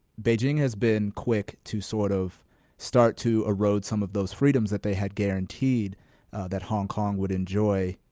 beijing has been quick to sort of start to erode some of those freedoms that they had guaranteed that hong kong would enjoy,